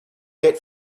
get